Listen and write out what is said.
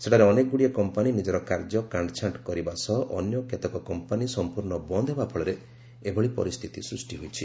ସେଠାରେ ଅନେକଗୁଡ଼ିଏ କମ୍ପାନୀ ନିଜର କାର୍ଯ୍ୟ କାଣ୍ଟଚ୍ଚାଣ୍ଟ କରିବା ସହ ଅନ୍ୟ କେତେକ କମ୍ପାନୀ ସମ୍ପୂର୍ଣ୍ଣ ବନ୍ଦ ହେବା ଫଳରେ ଏଭଳି ପରିସ୍ଥିତି ସୃଷ୍ଟି ହୋଇଛି